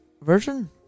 version